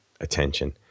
attention